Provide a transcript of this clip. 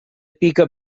pica